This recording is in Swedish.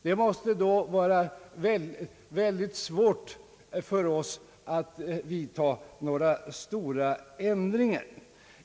Det måste då vara ytterst svårt för oss att vidta några stora ändringar.